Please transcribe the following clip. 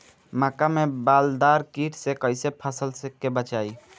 मक्का में बालदार कीट से कईसे फसल के बचाई?